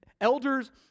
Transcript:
elders